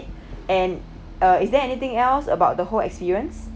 and uh is there anything else about the whole experience